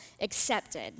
accepted